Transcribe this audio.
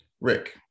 Rick